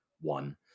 one